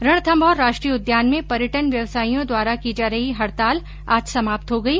रणथम्मौर राष्ट्रीय उद्यान में पर्यटन व्यवसायियों द्वारा की जा रही हड़ताल आज समाप्त हो गई